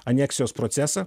aneksijos procesą